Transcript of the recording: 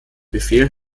befehl